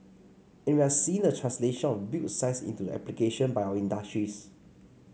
and we are seeing the translation of built science into application by our industries